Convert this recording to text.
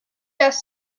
death